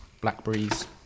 blackberries